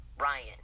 Ryan